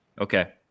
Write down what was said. Okay